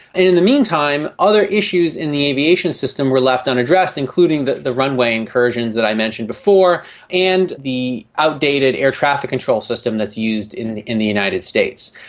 and in the meantime other issues in the aviation system were left unaddressed, including the the runway incursions that i mentioned before and the outdated air traffic control system that's used in the in the united states.